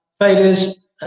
Failures